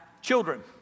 children